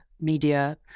Media